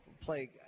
play